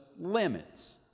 limits